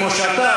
כמו שאתה,